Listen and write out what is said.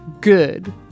good